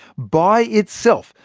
by itself,